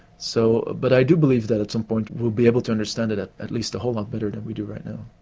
so but i do believe that at some point we will be able to understand it at at least a whole lot better than we do right now.